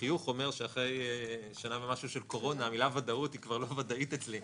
בחיוך שאחרי שנה ומשהו של קורונה המילה "ודאות" כבר לא ודאית אצלי.